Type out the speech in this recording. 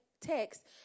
text